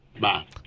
Bye